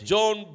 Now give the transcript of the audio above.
John